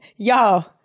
Y'all